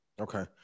okay